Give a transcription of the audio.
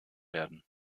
werden